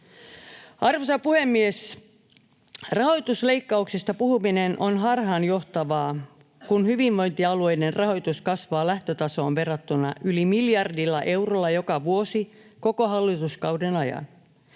Arvoisa puhemies! Rahoitusleikkauksista puhuminen on harhaanjohtavaa, kun hyvinvointialueiden rahoitus kasvaa lähtötasoon verrattuna yli miljardilla eurolla joka vuosi koko hallituskauden ajan.